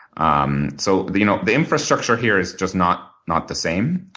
um so the you know the infrastructure here is just not not the same,